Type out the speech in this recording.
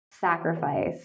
sacrifice